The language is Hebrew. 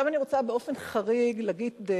עכשיו אני רוצה באופן חריג להגיד,